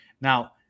Now